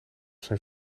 zijn